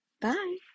Bye